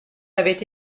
avait